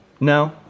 No